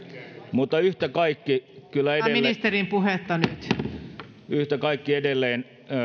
mutta yhtä kaikki kyllä yhtä kaikki edelleen